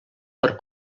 per